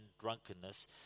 drunkenness